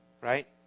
right